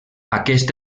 aquest